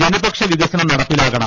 ജനപക്ഷ വികസനം നടപ്പിലാവണം